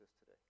today